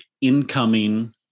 incoming